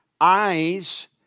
Eyes